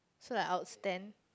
so like I would stand